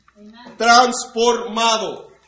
Transformado